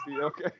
okay